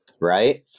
right